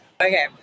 Okay